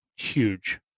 huge